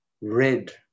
red